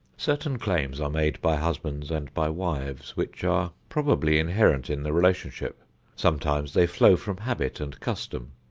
certain claims are made by husbands and by wives, which are probably inherent in the relationship sometimes they flow from habit and custom,